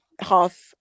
half